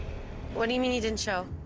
what do you mean, he didn't show?